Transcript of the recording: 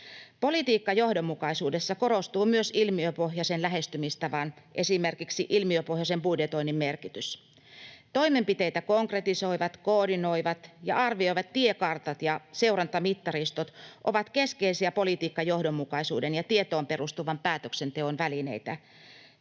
Politiikkajohdonmukaisuudessa korostuu myös ilmiöpohjaisen lähestymistavan, esimerkiksi ilmiöpohjaisen budjetoinnin, merkitys. Toimenpiteitä konkretisoivat, koordinoivat ja arvioivat tiekartat ja seurantamittaristot ovat keskeisiä politiikkajohdonmukaisuuden ja tietoon perustuvan päätöksenteon välineitä.